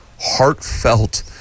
heartfelt